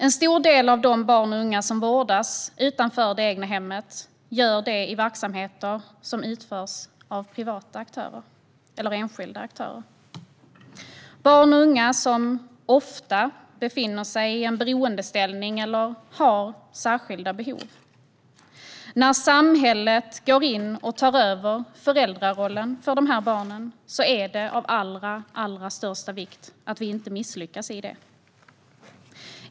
En stor del av de barn och unga som vårdas utanför det egna hemmet finns i verksamheter som utförs av enskilda aktörer. Det är barn och unga som ofta befinner sig i en beroendeställning eller har särskilda behov. När samhället går in och tar över föräldrarollen för dessa barn är det av allra största vikt att vi inte misslyckas med det.